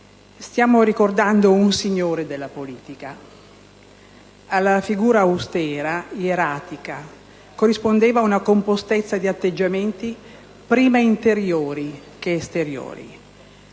Stiamo ricordando un signore della politica. Alla figura austera, ieratica, corrispondeva una compostezza di atteggiamenti prima interiori che esteriori.